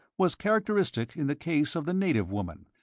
was characteristic in the case of the native woman,